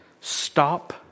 Stop